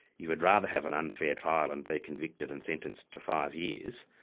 you'd rather have an unfair trial and be convicted and sentenced to five years,